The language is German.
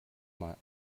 mal